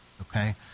Okay